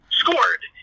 scored